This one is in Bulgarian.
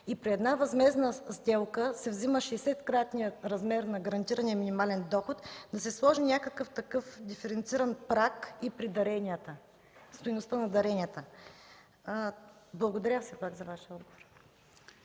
и при една възмездна сделка се взима 60-кратният размер на гарантирания минимален доход, да се сложи някакъв диференциран праг и при стойността на даренията? Благодаря все пак за Вашия отговор.